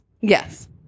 yes